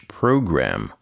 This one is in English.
program